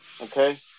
okay